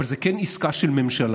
אבל זו כן עסקה של ממשלה,